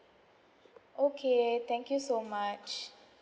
okay thank you so much